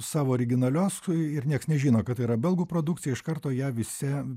savo originalios ir nieks nežino kad tai yra belgų produkcija iš karto ją visi